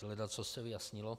Ledacos se vyjasnilo.